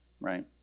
right